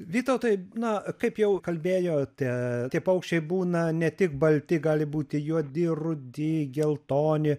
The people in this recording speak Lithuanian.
vytautai na kaip jau kalbėjote tie paukščiai būna ne tik balti gali būti juodi rudi geltoni